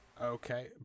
Okay